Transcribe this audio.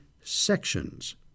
sections